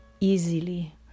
easily